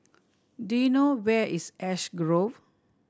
do you know where is Ash Grove